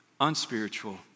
unspiritual